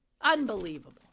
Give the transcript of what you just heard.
Unbelievable